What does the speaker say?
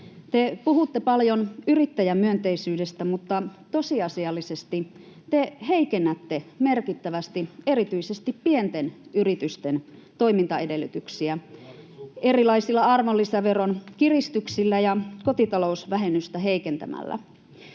Te puhutte paljon yrittäjämyönteisyydestä, mutta tosiasiallisesti te heikennätte merkittävästi erityisesti pienten yritysten toimintaedellytyksiä erilaisilla arvonlisäveron kiristyksillä ja kotitalousvähennystä heikentämällä.